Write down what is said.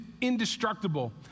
indestructible